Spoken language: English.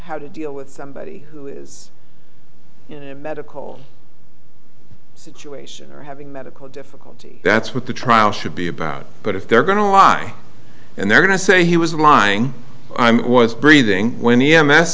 how to deal with somebody who is a medical situation having medical difficulties that's what the trial should be about but if they're going to lie and they're going to say he was lying i was breathing when